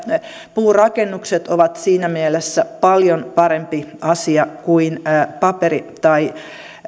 puurakennukset ovat siinä mielessä paljon parempi asia kuin paperi tai